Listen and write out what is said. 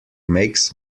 makes